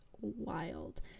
wild